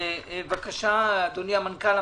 בבקשה, אדוני המנכ"ל.